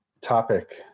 topic